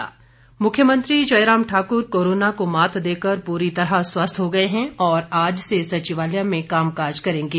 मुख्यमंत्री मुख्यमंत्री जयराम ठाकुर कोरोना को मात देकर पूरी तरह स्वस्थ हो गए हैं और आज से सचिवालय में काम काज करेंगे